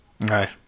Right